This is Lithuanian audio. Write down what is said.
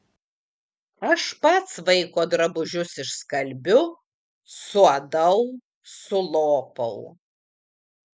aš pats vaiko drabužius išskalbiu suadau sulopau